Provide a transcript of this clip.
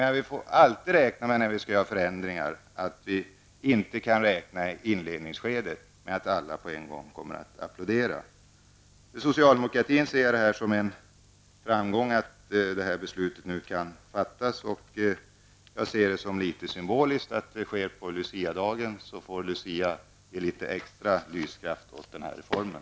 När vi skall genomföra förändringar får vi alltid räkna med att alla inte på en gång eller i inledningsskedet kommer att applådera. Socialdemokratin ser det som en framgång att det här beslutet nu kan fattas. Jag ser det som symboliskt att det sker på Luciadagen, så att Lucia får ge litet extra lyskraft åt den här reformen.